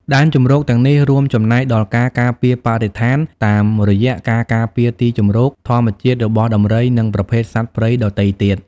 ដែនជម្រកទាំងនេះរួមចំណែកដល់ការការពារបរិស្ថានតាមរយៈការ ការពារទីជម្រកធម្មជាតិ របស់ដំរី និងប្រភេទសត្វព្រៃដទៃទៀត។